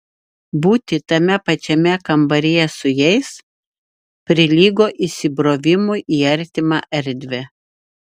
būti tame pačiame kambaryje su jais prilygo įsibrovimui į artimą erdvę